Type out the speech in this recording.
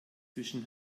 zwischen